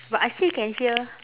but I still can hear